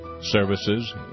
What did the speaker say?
services